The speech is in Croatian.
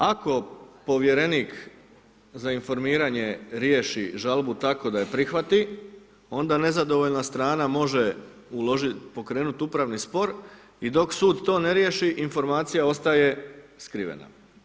Ako povjerenik za informiranje riješi žalbu tako da ju prihvati, onda nezadovoljna strana može uložiti, pokrenuti upravni spor i dok sud to ne riješi, informacija ostaje skrivena.